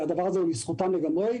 והדבר הזה הוא לזכותם לגמרי,